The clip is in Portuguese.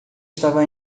estava